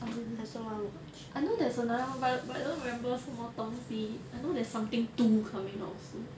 oh really I know there's another but I but I don't remember 什么东西 I know there's something two coming out also